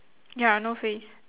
ya no face